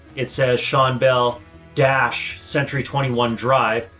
it says sean bell dash century twenty one drive.